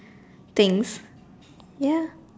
things ya